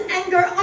anger